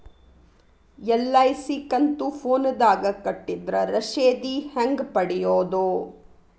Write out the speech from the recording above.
LIC ಕಂತು ಫೋನದಾಗ ಕಟ್ಟಿದ್ರ ರಶೇದಿ ಹೆಂಗ್ ಪಡೆಯೋದು?